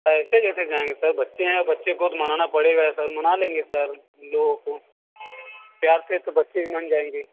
ऐसे कैसे जाएँगे बच्चे हैं बच्चे को तो मनाना पड़ेगा सर माना लेंगे सर उन लोग को प्यार से तो बच्चे भी मान जाएँगे